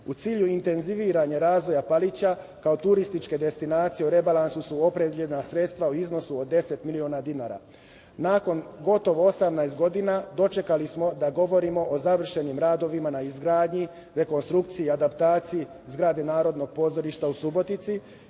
U cilju intenziviranja razvoja Palića, kao turističke destinacije, u rebalansu su opredeljena sredstva u iznosu od 10 miliona dinara. Nakon gotovo 18 godina dočekali smo da govorimo o završenim radovima na izgradnji, rekonstrukciji i adaptaciji zgrade Narodnog pozorišta u Subotici